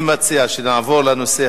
אני מציע שנעבור לנושא